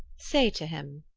say to him